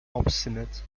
obstinate